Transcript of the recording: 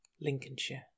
Lincolnshire